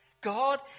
God